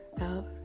out